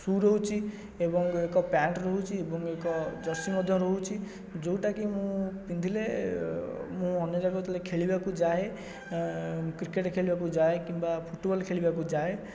ସୁ ରହୁଛି ଏବଂ ଏକ ପ୍ୟାଣ୍ଟ୍ ରହୁଛି ଏବଂ ଏକ ଜର୍ସି ମଧ୍ୟ ରହୁଛି ଯେଉଁଟାକି ମୁଁ ପିନ୍ଧିଲେ ମୁଁ ଅନ୍ୟ ଜାଗାକୁ ଯେତେବେଳେ ଖେଳିବାକୁ ଯାଏ କ୍ରିକେଟ୍ ଖେଳିବାକୁ ଯାଏ କିମ୍ବା ଫୁଟ୍ବଲ ଖେଳିବାକୁ ଯାଏ